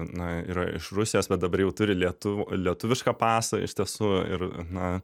na yra iš rusijos bet dabar jau turi lietuvių lietuvišką pasą iš tiesų ir na